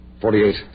Forty-eight